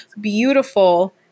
beautiful